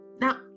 Now